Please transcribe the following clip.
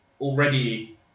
already